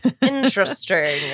interesting